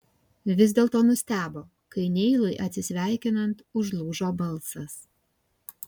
vis dėlto nustebo kai neilui atsisveikinant užlūžo balsas